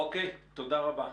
תודה רבה.